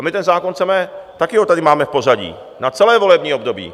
A my ten zákon chceme, taky ho tady máme v pořadí na celé volební období.